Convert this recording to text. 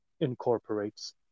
incorporates